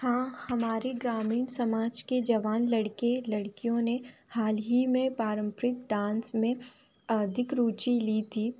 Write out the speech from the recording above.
हाँ हमारे ग्रामीण समाज के जवान लड़के लड़कियों में हाल ही में पारम्परिक डांस में अधिक रूची ली थी